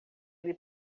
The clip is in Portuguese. ele